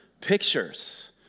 pictures